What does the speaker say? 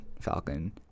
falcon